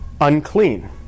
unclean